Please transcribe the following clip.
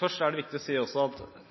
Først er det viktig å si at det er viktig med relevant barnefaglig kompetanse, men det er også veldig viktig å si at